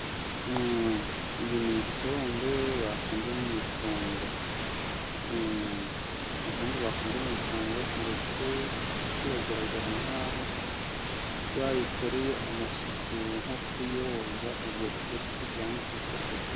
Iyi ni isombe bafunze mu mifungo. Isombe bafunze mu mifungo, ndetse biragaragara nk'aho bayikoreye amasuku nko kuyoza ubwo ikirakurikiraho ni ukuyisekura.